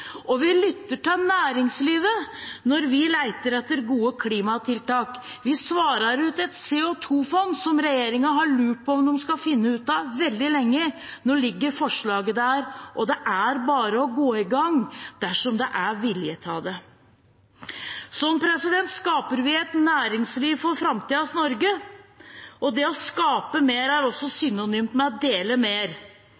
Og vi lytter til næringslivet når vi leter etter gode klimatiltak. Vi svarer på et CO2-fond som regjeringen har lurt på om de skal finne ut av veldig lenge. Nå ligger forslaget der, og det er bare å gå i gang – dersom det er vilje til det. Sånn skaper vi et næringsliv for framtidens Norge, og det å skape mer er også